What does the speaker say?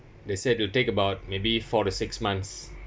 they said they'll take about maybe four to six months